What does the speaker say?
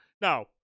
Now